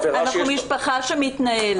--- אנחנו מדברים על משפחה שמתנהלת.